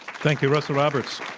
thank you, russell roberts.